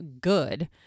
good